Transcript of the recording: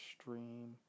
stream